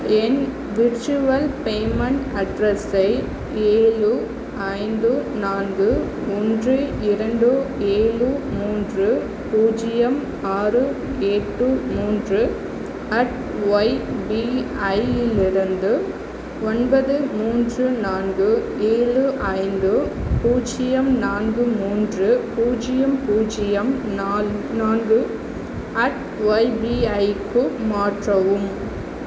என் virtual payment அட்ரெஸை ஏழு ஐந்து நான்கு ஒன்று இரண்டு ஏழு மூன்று பூஜ்ஜியம் ஆறு எட்டு மூன்று அட் ஒய்பிஐயிலிருந்து ஒன்பது மூன்று நான்கு ஏழு ஐந்து பூஜ்ஜியம் நான்கு மூன்று பூஜ்ஜியம் பூஜ்ஜியம் நால் நான்கு அட் ஒய்பிஐக்கு மாற்றவும்